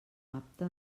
apte